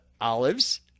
olives